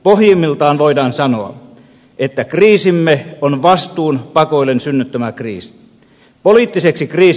pohjimmiltaan voidaan sanoa että kriisimme on vastuunpakoilun synnyttämä kriisi